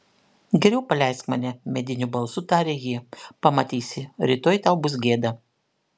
geriau paleisk mane mediniu balsu tarė ji pamatysi rytoj tau bus gėda